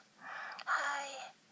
hi